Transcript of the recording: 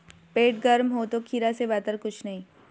पेट गर्म हो तो खीरा से बेहतर कुछ नहीं